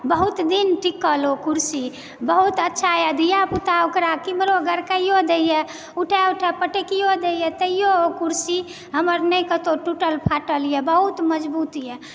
बहुत दिन टिकल ओ कुर्सी बहुत अच्छाए धियापुता ओकरा केम्हरो गुरकयओ दयए उठय उठय पटेकियो दयए तहियो ओ कुर्सी हमर नहि कतहुँ टूटल फाटलए बहुत मजबूतए